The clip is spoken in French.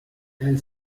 elle